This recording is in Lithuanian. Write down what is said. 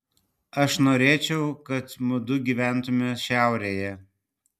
aš norėčiau kad mudu gyventumėm šiaurėje